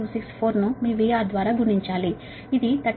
00264 ను మీ VR ద్వారా గుణించాలి ఇది 38